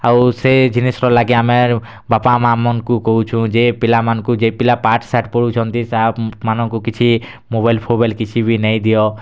ଆଉ ସେ ଜିନିଷ୍ ର ଲାଗି ଆମେ ବାପା ମାଆ ମାନ୍କୁ କହୁଛୁ ଯେ ପିଲା ମାନଙ୍କୁ ଯେ ପିଲା ପାଠ୍ ସାଠ୍ ପଢୁଛନ୍ତି ସାର୍ ମାନଙ୍କୁ କିଛି ମୋବାଇଲ୍ ଫୋବାଇଲ୍ କିଛି ବି ନାଇଁ ଦିଅ